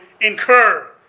incur